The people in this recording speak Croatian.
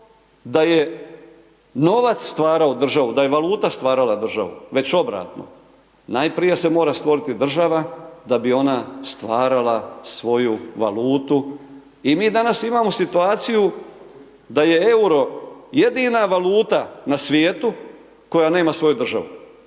da je novac stvarao državu, da je valuta stvarala državu, već obratno. Najprije se mora stvorit država, da bi ona stvarala svoju valutu i mi danas imamo situaciju da je euro jedina valuta na svijetu koja nema svoju državu,